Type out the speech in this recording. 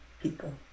people